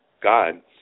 God